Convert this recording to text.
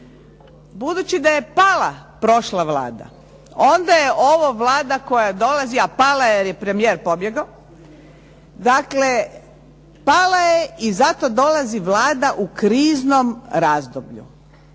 budući da je pala prošla Vlada, onda je ovo Vlada koja dolazi, a pala je jer je premijer pobjegao. Dakle, pala je i zato dolazi Vlada u kriznom razdoblju.